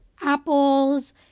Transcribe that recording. apples